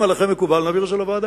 אם עליכם מקובל, נעביר את זה לוועדה.